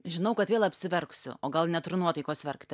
žinau kad vėl apsiverksiu o gal neturiu nuotaikos verkti